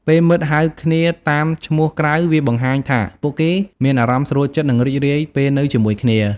ពេលមិត្តហៅគ្នាតាមឈ្មោះក្រៅ វាបង្ហាញថាពួកគេមានអារម្មណ៍ស្រួលចិត្ត និងរីករាយពេលនៅជាមួយគ្នា។